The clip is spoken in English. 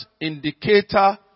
indicator